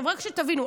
רק שתבינו,